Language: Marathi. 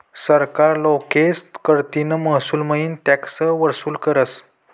सरकार लोकेस कडतीन महसूलमईन टॅक्स वसूल करस